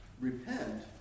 Repent